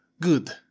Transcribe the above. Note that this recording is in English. good